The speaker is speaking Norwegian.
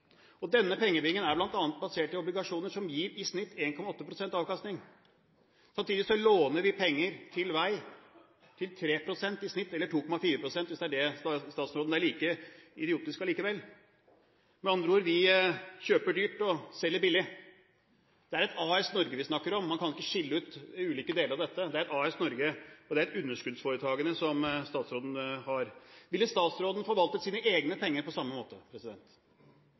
Denne pengebingen er bl.a. basert på obligasjoner som i snitt gir 1,8 pst. avkastning. Samtidig låner vi penger til vei til 3 pst., i snitt – eller 2,4 pst., hvis det er det statsråden sier. Det er like idiotisk allikevel. Med andre ord: Vi kjøper dyrt og selger billig. Det er AS Norge vi snakker om. Man kan ikke skille ut ulike deler av dette. Det er AS Norge, og det er et underskuddsforetak, som statsråden har. Ville statsråden ha forvaltet sine egne penger på samme måte?